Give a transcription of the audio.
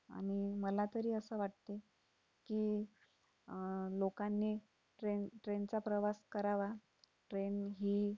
आणि मला तरी असं वाटतं की लोकांनी ट्रेन ट्रेनचा प्रवास करावा ट्रेन ही